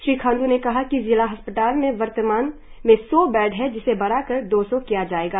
श्री खांडू ने कहा कि जिला अस्पताल में वर्तमान में सौ बेड है जिसे बढ़ाकर दो सौ किया जायेगा